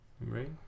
right